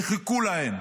שחיכו להן,